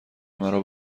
مرا